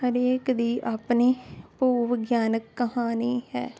ਹਰੇਕ ਦੀ ਆਪਣੀ ਭੂਵਿਗਿਆਨਕ ਕਹਾਣੀ ਹੈ